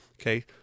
Okay